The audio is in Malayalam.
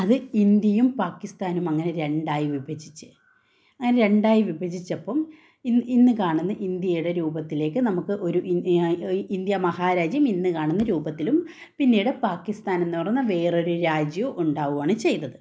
അത് ഇന്ത്യയും പാകിസ്ഥാനും അങ്ങനെ രണ്ടായി വിഭജിച്ചു അങ്ങനെ രണ്ടായി വിഭജിച്ചപ്പം ഇന്ന് ഇന്ന് കാണുന്ന ഇന്ത്യയുടെ രൂപത്തിലേയ്ക്ക് നമുക്ക് ഒരു ഇന്ത്യ മഹാരാജ്യം ഇന്ന് കാണുന്ന രൂപത്തിലും പിന്നീട് പാകിസ്ഥാന് എന്ന് പറയുന്ന വേറൊരു രാജ്യവും ഉണ്ടാവുവാണ് ചെയ്തത്